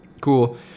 Cool